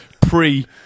pre